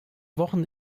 wochen